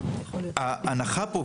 ההנחה פה,